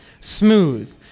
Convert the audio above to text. smooth